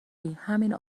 ریهمین